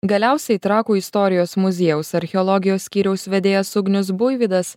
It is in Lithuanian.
galiausiai trakų istorijos muziejaus archeologijos skyriaus vedėjas ugnius buivydas